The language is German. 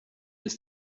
ist